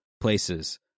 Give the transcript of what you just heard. places